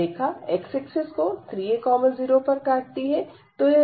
यह रेखा x axis को 3 a0 पर काटती है